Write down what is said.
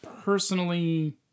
personally